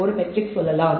ஒரு மெட்ரிக் சொல்லலாம்